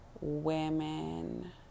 women